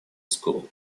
school